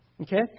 Okay